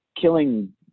killing